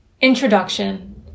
Introduction